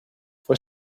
fue